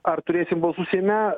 ar turėsim balsų seime